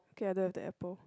okay I don't have the apple